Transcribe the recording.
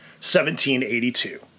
1782